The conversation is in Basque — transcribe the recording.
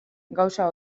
gauza